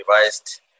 revised